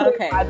Okay